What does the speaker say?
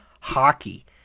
hockey